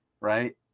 right